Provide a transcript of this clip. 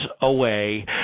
away